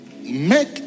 Make